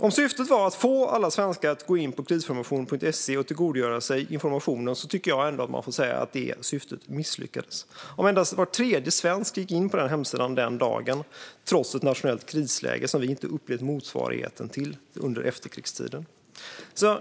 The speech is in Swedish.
Om syftet var att få alla svenskar att gå in på Krisinformation.se och tillgodogöra sig informationen tycker jag ändå att man får säga att det misslyckades. Endast var tredje svensk gick in på hemsidan den dagen, trots ett nationellt krisläge som vi inte upplevt motsvarighet till under efterkrigstiden.